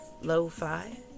lo-fi